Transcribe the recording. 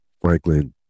Franklin